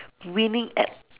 winning at